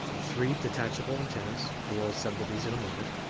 three detachable antennas we'll assemble these in a moment